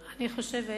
אני חושבת